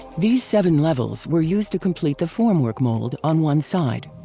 these seven levels were used to complete the formwork mold on one side.